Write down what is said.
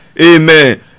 Amen